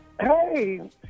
Hey